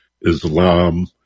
Islam